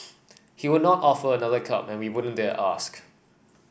he would not offer another cup and we wouldn't dare ask